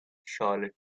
charlotte